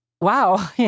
wow